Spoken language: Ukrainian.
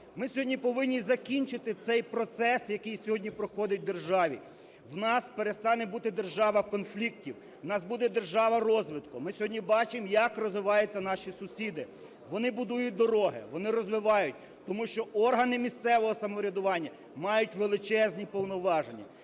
ми сьогодні повинні закінчити цей процес, який сьогодні проходить в державі. У нас перестане бути держава конфліктів, у нас буде держава розвитку. Ми сьогодні бачимо, як розвиваються наші сусіди. Вони будують дороги, вони розвиваються, тому що органи місцевого самоврядування мають величезні повноваження.